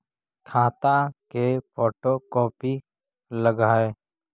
खाता के photocopy लगहै?